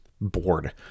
bored